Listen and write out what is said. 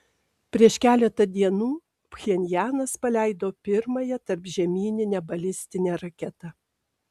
prieš keletą dienų pchenjanas paleido pirmąją tarpžemyninę balistinę raketą